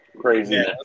Craziness